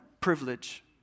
privilege